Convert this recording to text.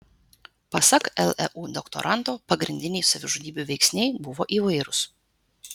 pasak leu doktoranto pagrindiniai savižudybių veiksniai buvo įvairūs